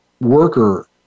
worker